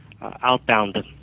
outbound